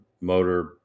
motor